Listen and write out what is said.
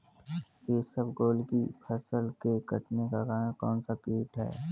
इसबगोल की फसल के कटने का कारण कौनसा कीट है?